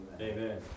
Amen